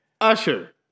Usher